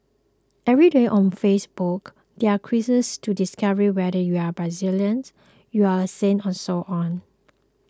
every day on Facebook there are quizzes to discover whether you are Brazilian you are a saint and so on